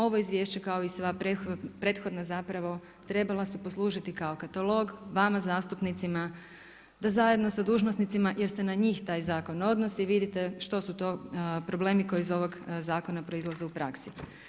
Ovo izvješće kao i sva prethodna zapravo trebala su poslužiti kao katalog vama zastupnicima da zajedno sa dužnosnicima jer se na njih taj zakon odnosi vidite što su to problemi koji iz ovog zakon proizlaze u praksi.